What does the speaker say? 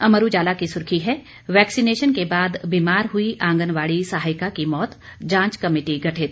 अमर उजाला की सुर्खी है वैक्सीनेशन के बाद बीमार हुई आंगनबाड़ी सहायिका की मौत जांच कमेटी गठित